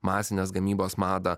masinės gamybos madą